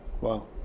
wow